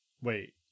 wait